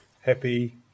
Happy